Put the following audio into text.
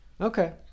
Okay